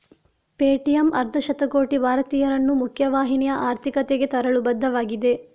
Paytm ಅರ್ಧ ಶತಕೋಟಿ ಭಾರತೀಯರನ್ನು ಮುಖ್ಯ ವಾಹಿನಿಯ ಆರ್ಥಿಕತೆಗೆ ತರಲು ಬದ್ಧವಾಗಿದೆ